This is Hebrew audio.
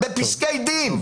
בפסקי דין.